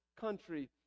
country